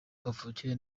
kavukire